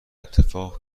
اتفاق